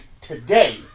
today